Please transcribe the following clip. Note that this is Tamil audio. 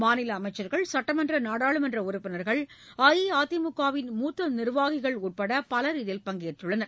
மாநில அமைச்சர்கள் சுட்டமன்ற நாடாளுமன்ற உறுப்பினர்கள் அஇஅதிமுகவின் மூத்த நிர்வாகிகள் உட்பட பலர் இதில் பங்கேற்றுள்ளனர்